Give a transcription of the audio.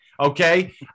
Okay